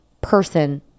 person